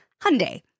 Hyundai